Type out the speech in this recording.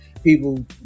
people